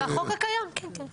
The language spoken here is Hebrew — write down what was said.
בחוק הקיים, כן.